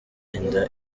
inda